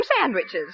sandwiches